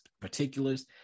particulars